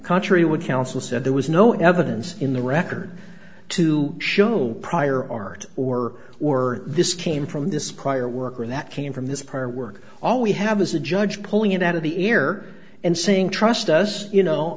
contrary would counsel said there was no evidence in the record to show prior art or or this came from this prior work or that came from this part work all we have is a judge pulling it out of the air and saying trust us you know